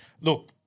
Look